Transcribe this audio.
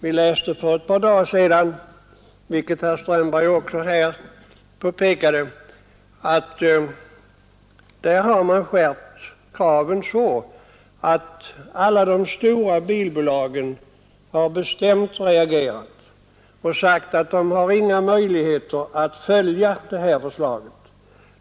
Vi läste för ett par dagar sedan, vilket herr Strömberg också påpekade, att man där har skärpt kraven så att alla de stora bilbolagen bestämt reagerat och sagt att de inte har några möjligheter att följa förslaget.